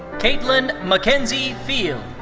kaitlyin mackenzie fields.